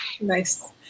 Nice